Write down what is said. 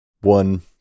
one